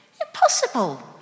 Impossible